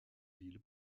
ville